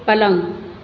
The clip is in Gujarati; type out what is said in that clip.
પલંગ